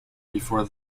before